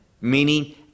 meaning